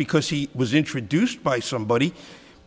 because he was introduced by somebody